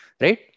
right